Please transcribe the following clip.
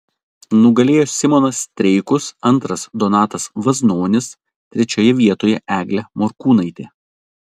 nugalėjo simonas streikus antras donatas vaznonis trečiojoje vietoje eglė morkūnaitė